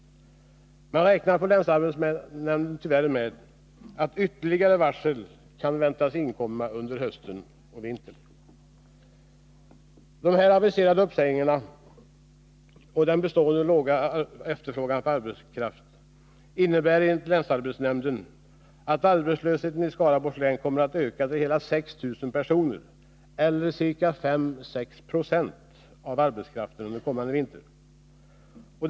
Man räknar på länsarbetsnämnden tyvärr med att ytterligare varsel kan väntas inkomma under hösten och vintern. De här aviserade uppsägningarna och den bestående låga efterfrågan på arbetskraft innebär enligt länsarbetsnämnden att arbetslösheten i Skaraborgs län kommer att öka till hela 6 000 personer — 5-6 26 av arbetskraften — under den kommande vintern.